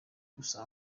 gusa